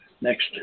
Next